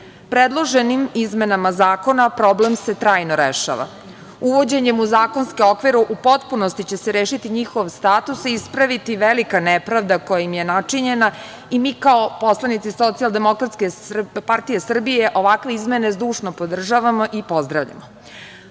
ukinula. Predloženim izmenama zakona problem se trajno rešava uvođenjem u zakonske okvire u potpunosti će se rešiti njihov status i ispraviti velika nepravda kojim je načinjena i mi kao poslanici SDPS ovakve izmene zdušno podržavamo i pozdravljamo.U